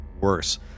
worse